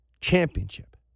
championship